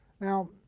Now